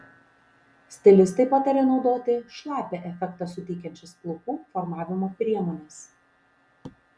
stilistai pataria naudoti šlapią efektą suteikiančias plaukų formavimo priemones